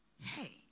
Hey